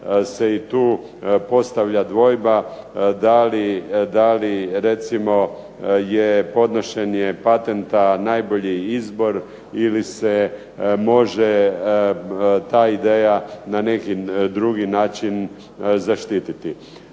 se i tu postavlja dvojba da li recimo je podnošenje patenta najbolji izbor ili se može ta ideja na neki drugi način zaštiti?